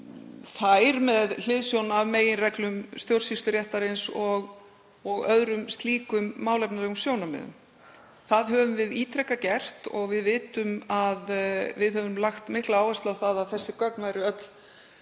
þær með hliðsjón af meginreglum stjórnsýsluréttarins og öðrum slíkum málefnalegum sjónarmiðum. Það höfum við ítrekað gert og við vitum að við höfum lagt mikla áherslu á að þessi gögn væru öll